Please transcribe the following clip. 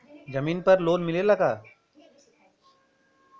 जमीन पर लोन मिलेला का?